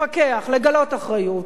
לפקח, להפגין אחריות.